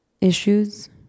issues